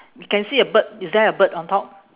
can see a bird is there a bird on top